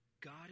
God